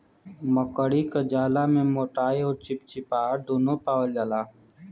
मकड़ी क जाला में मोटाई अउर चिपचिपाहट दुन्नु पावल जाला